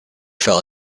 fell